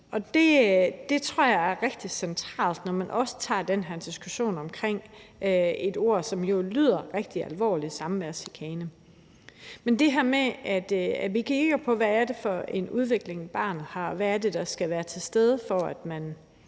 rigtig centralt, når man tager den her diskussion om et ord, som jo lyder meget alvorligt, nemlig samværschikane, altså at vi kigger på, hvad det er for en udvikling, barnet har, og hvad det er, der skal være til stede, for at man